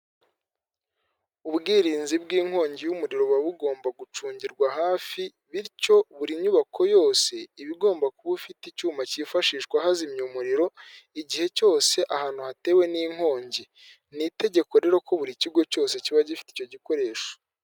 Ubwirinzi bw'inkongi y'umuriro buba bugomba gucungirwa hafi bityo buri nyubako yose iba igomba kuba ifite icyuma cyifashishwa bazimya umuriro igihe cyose ahantu hatewe n'inkongi ni itegeko rero ko buri kigo cyose kiba gifite icyo gikoresho.